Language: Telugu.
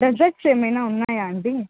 డెసట్స్ ఏమైనా ఉన్నాయా అండి